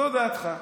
זו דעתך,